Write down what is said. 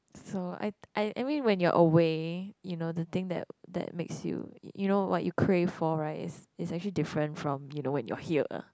so I I I mean when you're away you know the thing that that makes you you know what you crave for right is is actually different from you know when you're here